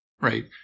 Right